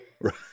Right